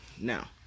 now